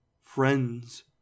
friends